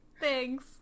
Thanks